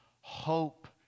hope